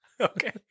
Okay